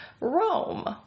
Rome